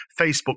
Facebook